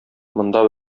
монда